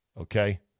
okay